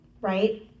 right